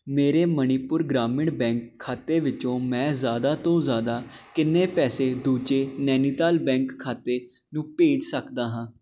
ਮੇਰੇ ਮਨੀਪੁਰ ਗ੍ਰਾਮੀਣ ਬੈਂਕ ਖਾਤੇ ਵਿੱਚੋਂ ਮੈਂ ਜ਼ਿਆਦਾ ਤੋਂ ਜ਼ਿਆਦਾ ਕਿੰਨੇ ਪੈਸੇ ਦੂਜੇ ਨੈਨੀਤਾਲ ਬੈਂਕ ਖਾਤੇ ਨੂੰ ਭੇਜ ਸਕਦਾ ਹਾਂ